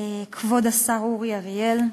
כבוד השר אורי אריאל,